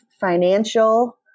financial